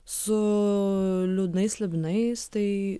su liūdnais slibinais tai